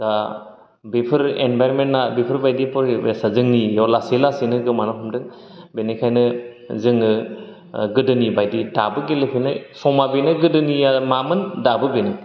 दा बेफोर एनबाइरमेन्टा बेफोरबादि परिबेसा जोंनि इयाव लासै लासैनो गोमानो हमदों बेनिखायनो जोङो ओ गोदोनि बायदि दाबो गेलेफिनो समा बेनो गोदोनिया मामोन दाबो बेनो